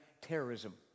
terrorism